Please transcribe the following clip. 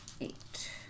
eight